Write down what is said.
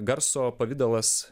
garso pavidalas